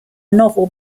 novel